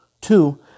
two